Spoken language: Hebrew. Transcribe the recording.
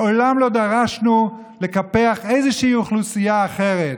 מעולם לא דרשנו לקפח איזושהי אוכלוסייה אחרת,